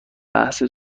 بحث